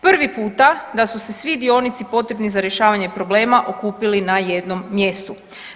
Prvi puta da su se svi dionici potrebni za rješavanje problema okupili na jednom mjestu.